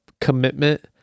commitment